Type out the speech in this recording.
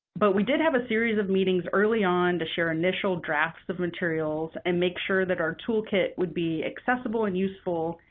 but we did have a series of meetings early on to share initial drafts of materials and make sure that our toolkit would be accessible and useful,